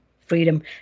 freedom